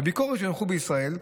בביקורות שנערכו בישראל,